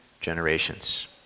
generations